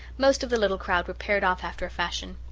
most of the little crowd were paired off after a fashion.